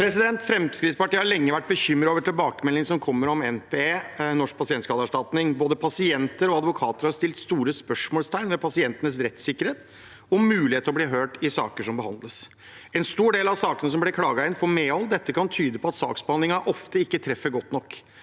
Fremskrittspartiet har lenge vært bekymret over tilbakemeldingene som kommer om Norsk pasientskadeerstatning, NPE. Både pasienter og advokater har satt store spørsmålstegn ved pasientenes rettssikkerhet og mulighet til å bli hørt i saker som behandles. En stor del av sakene som blir klaget inn, får medhold. Dette kan tyde på at saksbehandlingen ofte ikke treffer godt nok.